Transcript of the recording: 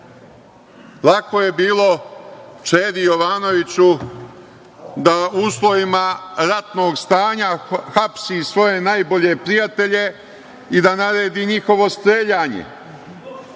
je bilo Čedi Jovanoviću da u uslovima ratnog stanja hapsi svoje najbolje prijatelje i da naredi njihovo streljanje,